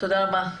תודה רבה.